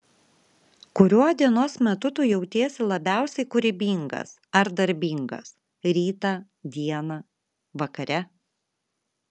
kuriuo dienos metu tu jautiesi labiausiai kūrybingas ar darbingas rytą dieną vakare